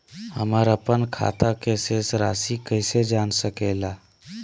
हमर अपन खाता के शेष रासि कैसे जान सके ला?